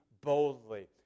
boldly